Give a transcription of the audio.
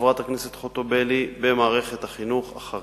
חברת הכנסת חוטובלי במערכת החינוך החרדית.